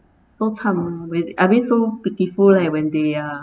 so cam I mean so pitiful leh when they eh